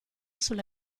sulla